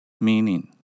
meaning